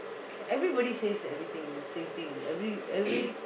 everybody says everything same thing every every